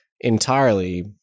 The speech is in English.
entirely